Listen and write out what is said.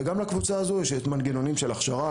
וגם לקבוצה הזאת יש מנגנונים של הכשרה,